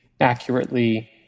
accurately